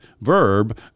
verb